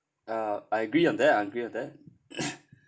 uh I agree on that I agree on that